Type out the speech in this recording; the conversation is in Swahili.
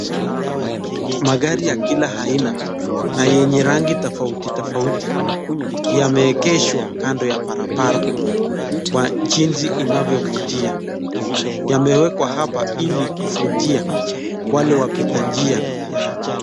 Magari ya kila aina na yenye rangi tofauti tofauti yameegeshwa kando ya barabara kwa jinsi inavyovutia yamewekwa hapa ili kuvutia wale wapita njia wa hapa.